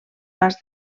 pas